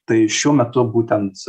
tai šiuo metu būtent